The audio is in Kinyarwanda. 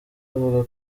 avuga